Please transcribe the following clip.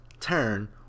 turn